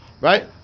right